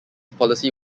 policy